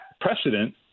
precedent